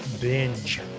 Binge